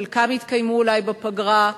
חלקם יתקיימו אולי בפגרה.